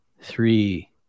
three